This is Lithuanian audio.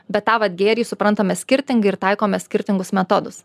bet tą vat gėrį suprantame skirtingai ir taikome skirtingus metodus